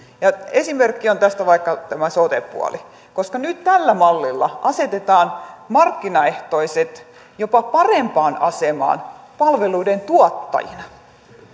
esimerkki on tästä vaikka tämä sote puoli koska nyt tällä mallilla asetetaan markkinaehtoiset jopa parempaan asemaan palveluiden tuottajina